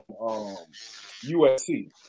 USC